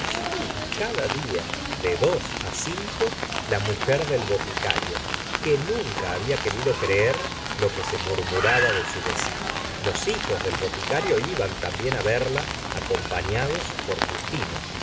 y cada día de dos á cinco la mujer del boticario que nun ca había querido creer lo que se murmuraba de su vecina los hijos del boticario iban también á verla acompañados por